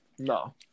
No